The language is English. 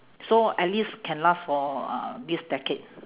so at least can last for uh this decade